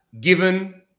given